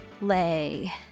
lay